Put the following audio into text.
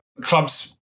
Clubs